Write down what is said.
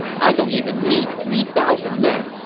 i don't even need three thousand men.